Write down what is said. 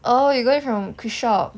orh you got it from krishop